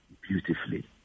beautifully